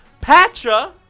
Patra